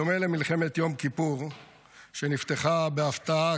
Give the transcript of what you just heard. בדומה למלחמת יום כיפור שנפתחה בהפתעה,